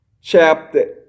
chapter